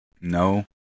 No